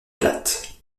plate